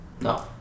No